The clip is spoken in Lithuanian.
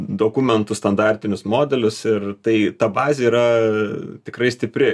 dokumentų standartinius modelius ir tai ta bazė yra tikrai stipri